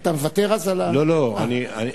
אז אתה מוותר על, לא לא, אני, אה.